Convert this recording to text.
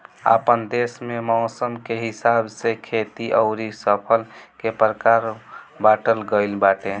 आपन देस में मौसम के हिसाब से खेती अउरी फसल के प्रकार बाँटल गइल बाटे